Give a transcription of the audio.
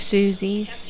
Susie's